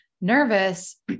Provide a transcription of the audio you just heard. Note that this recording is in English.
nervous